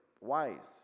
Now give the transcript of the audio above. wise